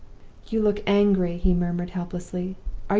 you look angry he murmured, helplessly.